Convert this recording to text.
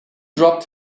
dropped